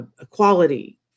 equality